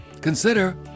Consider